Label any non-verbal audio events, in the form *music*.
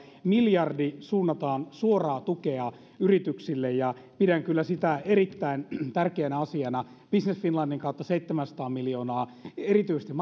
miljardi suunnataan suoraa tukea yrityksille ja pidän sitä kyllä erittäin tärkeänä asiana business finlandin kautta seitsemänsataa miljoonaa erityisesti *unintelligible*